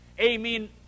Amen